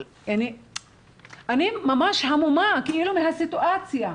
אני ממש המומה מהסיטואציה.